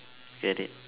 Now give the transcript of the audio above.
get it